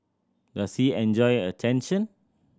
does he enjoy attention